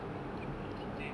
rumput buat oxygen